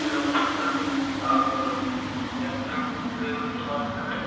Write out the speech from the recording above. hello sir آپ Janta tour travels سے بات کر رہے ہیں